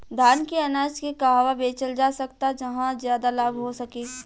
धान के अनाज के कहवा बेचल जा सकता जहाँ ज्यादा लाभ हो सके?